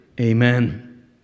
Amen